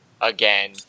again